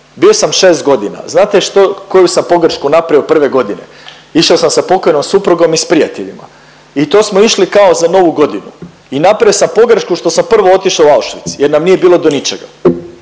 Bio sam šest godina, znate što koju sam pogrešku napravio prve godine? Išao sam sa pokojnom suprugom i s prijateljima i to smo išli kao za novu godinu i napravio sam pogrešku što sam prvo otišao u Auschwitz jer nam nije bilo do ničega.